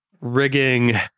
rigging